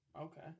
Okay